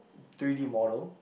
three-D model